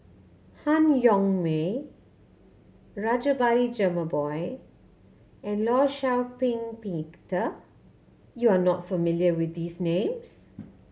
Han Yong May Rajabali Jumabhoy and Law Shau Ping Peter you are not familiar with these names